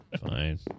Fine